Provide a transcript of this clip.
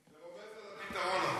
זה רומז על הפתרון.